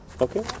Okay